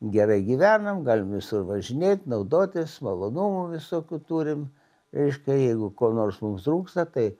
gerai gyvenam galim visur važinėt naudotis malonumų visokių turim reiškia jeigu ko nors mums trūksta tai